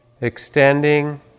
extending